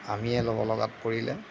আমিয়ে ল'ব লগাত পৰিলে